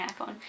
iPhone